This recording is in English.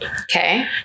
Okay